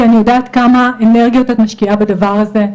כי אני יודעת כמה אנרגיות את משקיעה בדבר הזה.